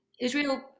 Israel